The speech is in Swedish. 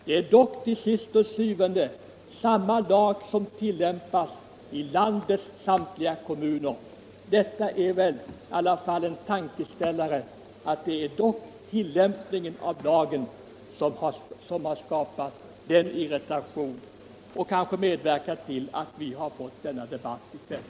Det är dock til syvende og sidst samma lag som tillämpas i landets samtliga kommuner. Detta måste vara en tankeställare: Det är tillämpningen av lagen som har skapat irritation och kanske medverkat till att vi: har fått denna debatt i kväll.